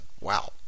Wow